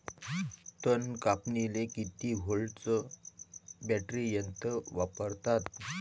तन कापनीले किती व्होल्टचं बॅटरी यंत्र वापरतात?